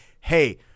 hey